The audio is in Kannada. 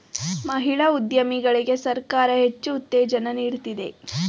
ಮಹಿಳಾ ಉದ್ಯಮಿಗಳಿಗೆ ಸರ್ಕಾರ ಹೆಚ್ಚು ಉತ್ತೇಜನ ನೀಡ್ತಿದೆ